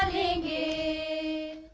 a